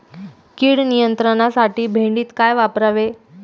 कीड नियंत्रणासाठी भेंडीत काय वापरावे?